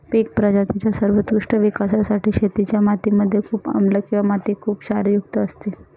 पिक प्रजातींच्या सर्वोत्कृष्ट विकासासाठी शेतीच्या माती मध्ये खूप आम्लं किंवा माती खुप क्षारयुक्त असते